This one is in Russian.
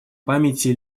памяти